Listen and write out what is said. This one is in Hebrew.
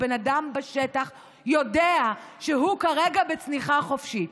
הבן אדם בשטח יודע שהוא כרגע בצניחה חופשית,